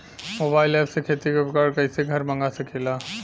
Mobile ऐपसे खेती के उपकरण कइसे घर मगा सकीला?